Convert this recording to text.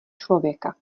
člověka